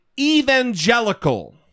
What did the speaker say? evangelical